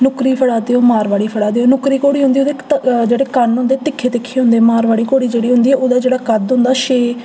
नुक्करी फड़ा दे ओ मारवाडी फड़ा दे ओ नुक्करी घो़डी होंदी ओह्दे जेह्ड़े कन्न होंदे त्रिक्खे त्रिक्खे होंदे मारवाडी घोडी जेह्ड़ी होंदी ओह्दा जेह्ड़ा कद्द होंदा छे